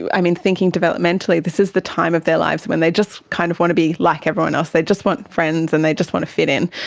and um thinking developmentally, this is the time of their lives when they just kind of want to be like everyone else, they just want friends and they just want to fit in.